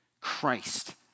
Christ